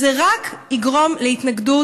זה רק יגרום להתנגדות,